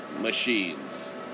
machines